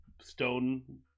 stone